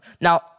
Now